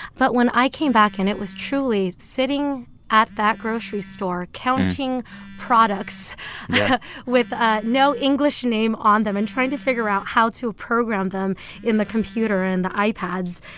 but when i came back and it was truly sitting at that grocery store, counting products with ah no english name on them and trying to figure out how to program them in the computer and the ipads.